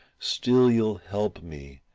still you'll help me,